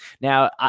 now